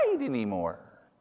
anymore